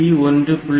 SETB P1